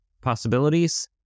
possibilities